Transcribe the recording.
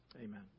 Amen